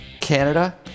Canada